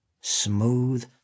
smooth